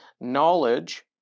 knowledge